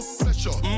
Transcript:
pressure